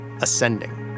Ascending